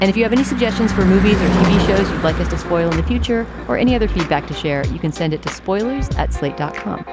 and if you have any suggestions for movies or tv shows you'd like us to spoil in the future or any other feedback to share. you can send it to spoilers at slate dot com.